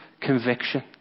conviction